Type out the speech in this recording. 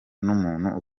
n’umuntu